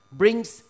brings